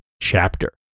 chapter